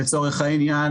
לצורך העניין,